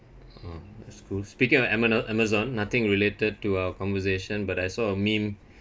uh that's cool speaking of amanon Amazon nothing related to our conversation but I saw a meme